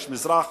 יש מזרח